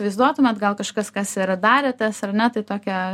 vaizduotumėt gal kažkas kas yra darėtės ar ne tai tokia